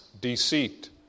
deceit